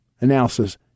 analysis